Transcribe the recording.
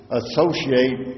associate